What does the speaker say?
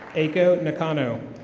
ako nokano.